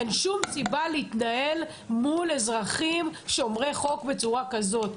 אין שום סיבה להתנהל מול אזרחים שומרי חוק בצורה כזאת.